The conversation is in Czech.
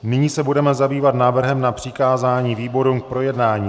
Nyní se budeme zabývat návrhem na přikázání výborům k projednání.